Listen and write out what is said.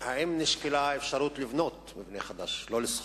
האם נשקלה האפשרות לבנות מבנה חדש, לא לשכור?